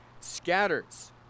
scatters